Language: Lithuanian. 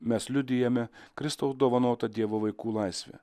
mes liudijame kristaus dovanotą dievo vaikų laisvę